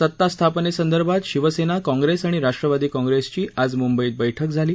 सत्ता स्थापनेसंदर्भात शिवसेना काँग्रेस आणि राष्ट्रवादी काँग्रेसची आज मुंबईत बैठक झाली